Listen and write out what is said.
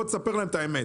בוא נספר את האמת.